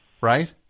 Right